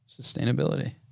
sustainability